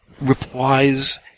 replies